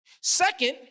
Second